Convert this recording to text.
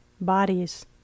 bodies